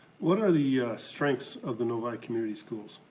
what are the strengths of the novi community schools?